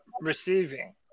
receiving